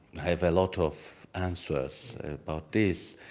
have a lot of answers about this,